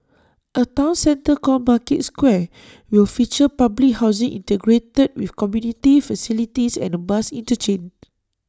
A Town centre called market square will feature public housing integrated with community facilities and A bus interchange